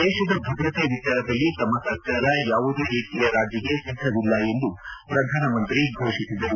ದೇಶದ ಭದ್ರತೆ ವಿಚಾರದಲ್ಲಿ ತಮ್ಮ ಸರ್ಕಾರ ಯಾವುದೇ ರೀತಿಯ ರಾಜಿಗೆ ಸಿದ್ಗವಿಲ್ಲ ಎಂದು ಪ್ರಧಾನಿ ಘೋಷಿಸಿದರು